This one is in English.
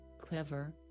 Clever